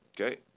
okay